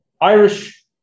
Irish